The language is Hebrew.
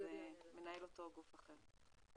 מנהל אותו גוף אחר.